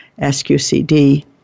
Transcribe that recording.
SQCD